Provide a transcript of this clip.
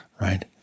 right